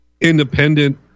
independent